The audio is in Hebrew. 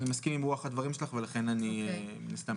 אני מסכים עם רוח הדברים שלך ולכן אני אצביע בעד,